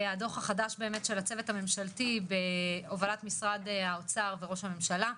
כמו הדו"ח החדש של הצוות הממשלתי בהובלת משרד האוצר וראש הממשלה.